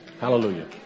Hallelujah